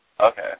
Okay